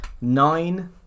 nine